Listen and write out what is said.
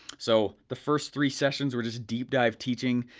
so the first three sessions were just deep dive teaching.